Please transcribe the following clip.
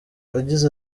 yagize